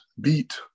beat